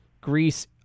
Greece